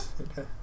okay